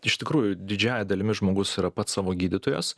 iš tikrųjų didžiąja dalimi žmogus yra pats savo gydytojas